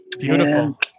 Beautiful